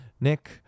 Nick